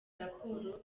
raporo